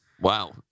Wow